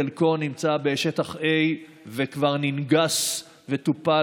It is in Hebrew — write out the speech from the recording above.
חלקו נמצא בשטח A וכבר ננגס וטופל,